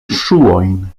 ŝuojn